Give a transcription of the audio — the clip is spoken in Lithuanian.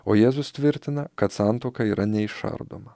o jėzus tvirtina kad santuoka yra neišardoma